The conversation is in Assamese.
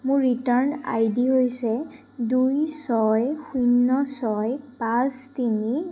মোৰ ৰিটাৰ্ণ আই ডি হৈছে দুই ছয় শূন্য ছয় পাঁচ তিনি